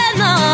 no